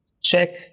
check